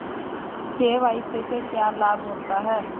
KYC से क्या लाभ होता है?